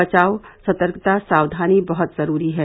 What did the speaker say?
बचाव सतर्कता सावधानी बहुत जरूरी है